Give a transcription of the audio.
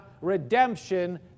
redemption